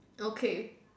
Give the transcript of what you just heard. okay